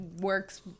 works